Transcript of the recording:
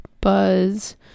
Buzz